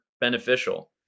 beneficial